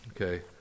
Okay